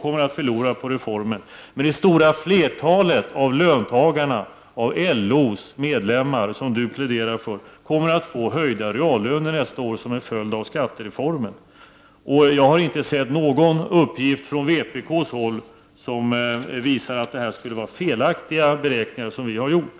Men det stora flertalet av löntagarna, av LO:s medlemmar, som Lars-Ove Hagberg pläderar för, kommer att få höjda reallöner nästa år som en följd av skattereformen. Jag har inte sett någon uppgift från vpk som visar att det skulle vara felaktiga beräkningar som vi har gjort.